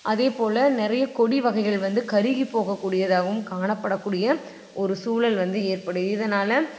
அதேபோல நிறைய கொடி வகைகள் வந்து கருகி போகக்கூடியதாகவும் காணப்படக்கூடிய ஒரு சூழல் வந்து ஏற்படுது இதனாலே